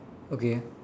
okay